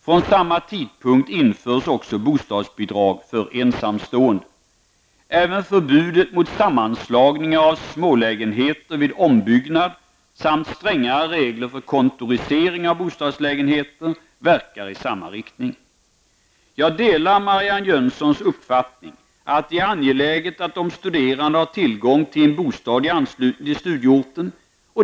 Vid samma tidpunkt införs också bostadsbidrag för ensamstående. Även förbudet mot sammanslagningar av smålägenheter vid ombyggnad samt strängare regler för kontorisering av bostadslägenheter verkar i samma riktning. Jag delar Marianne Jönssons uppfattning att det är angeläget att de studerande har tillgång till en bostad i anslutning till studieorten.